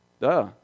Duh